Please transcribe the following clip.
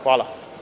Hvala.